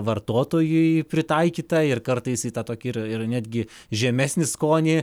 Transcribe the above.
vartotojui pritaikyta ir kartais į tą tokį ir netgi žemesnį skonį